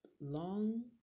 long